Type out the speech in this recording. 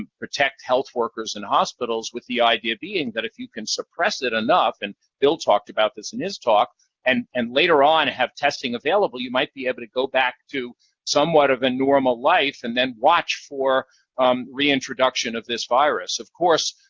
ah protect health workers in hospitals, with the idea being that if you can suppress it enough and bill talked about this in his talk and and later on have testing available, you might be able to go back to somewhat of a normal life and then watch for reintroduction of this virus. of course,